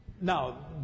now